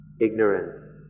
ignorance